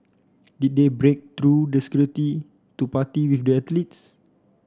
did they break through the security to party with the athletes